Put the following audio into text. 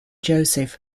joseph